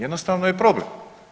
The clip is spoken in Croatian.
Jednostavno je problem.